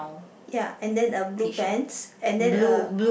ya and then a blue pants and then a